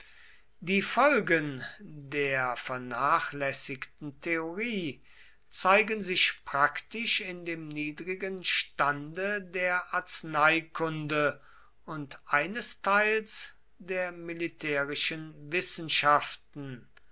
die folgen der vernachlässigten theorie zeigen sich praktisch in dem niedrigen stande der arzneikunde und einesteils der militärischen wissenschaften